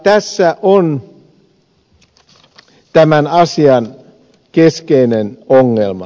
tässä on tämän asian keskeinen ongelma